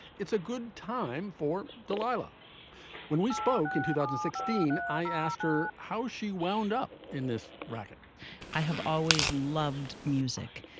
it's a good time for delilah when we spoke in two thousand and sixteen, i asked her how she wound up in this racket i have always loved music.